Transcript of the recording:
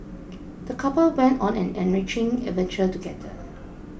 the couple went on an enriching adventure together